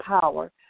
power